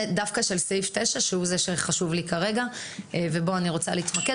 של סעיף 9 שהוא זה שחשוב לי כרגע ובו אני רוצה להתמקד